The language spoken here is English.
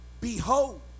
behold